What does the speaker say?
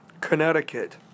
Connecticut